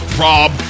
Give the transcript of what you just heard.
Rob